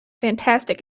fantastic